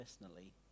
personally